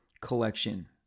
collection